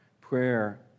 Prayer